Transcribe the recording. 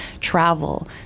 travel